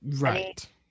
Right